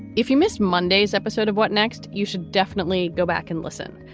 if you missed monday's episode of what next? you should definitely go back and listen.